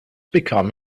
become